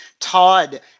Todd